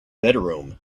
bedroom